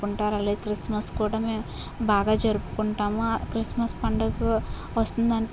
కొంటారు అలాగే క్రిస్మస్ కూడా మేము బాగా జరుపుకుంటాము క్రిస్మస్ పండుగ వస్తుందనిపించుకుని